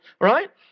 Right